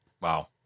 Wow